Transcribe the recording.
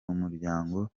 umuryango